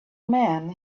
man